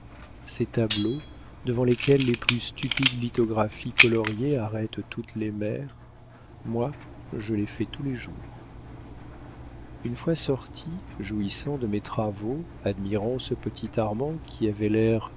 ces tableaux devant lesquels les plus stupides lithographies coloriées arrêtent toutes les mères moi je les fais tous les jours une fois sortis jouissant de mes travaux admirant ce petit armand qui avait l'air